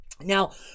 Now